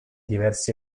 diversi